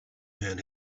man